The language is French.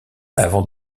avant